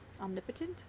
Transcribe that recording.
omnipotent